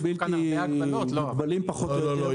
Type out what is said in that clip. בלתי מוגבלים פחות או יותר --- אבל יש פה הגבלות.